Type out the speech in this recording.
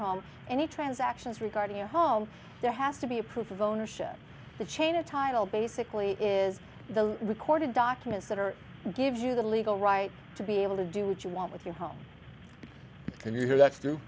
home any transactions regarding your home there has to be a proof of ownership the chain of title basically is the recorded documents that are gives you the legal right to be able to do what you want with your home can you hear that's